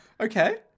Okay